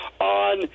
on